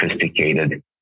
sophisticated